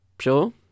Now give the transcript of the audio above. sure